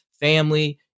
family